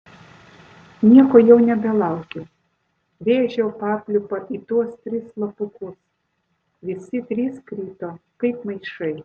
nieko jau nebelaukiau rėžiau papliūpą į tuos tris slapukus visi trys krito kaip maišai